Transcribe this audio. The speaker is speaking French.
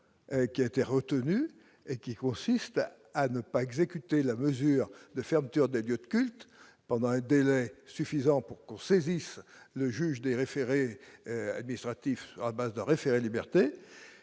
qui a été retenu et qui consiste à ne pas exécuter la mesure de fermeture des lieux de culte pendant un délai suffisant pour qu'on saisisse le juge des référés administratifs à base de référé-liberté